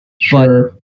sure